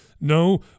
No